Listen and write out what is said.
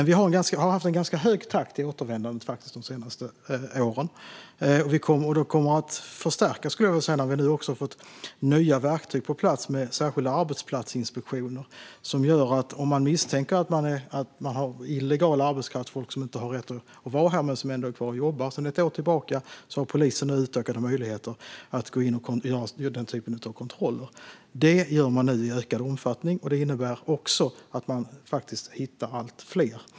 Vi har faktiskt haft en ganska hög takt i återvändandet de senaste åren, och vi kommer att förstärka det när vi nu har fått nya verktyg på plats med särskilda arbetsplatsinspektioner. Om man misstänker att det finns illegal arbetskraft, alltså folk som inte har rätt att vara här men som ändå är kvar och jobbar, har polisen sedan ett år tillbaka utökade möjligheter att gå in och göra den typen av kontroller. Detta görs nu i ökad omfattning. Det innebär också att man hittar allt fler.